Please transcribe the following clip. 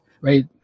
right